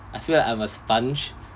I feel like I'm a sponge